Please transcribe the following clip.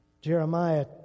Jeremiah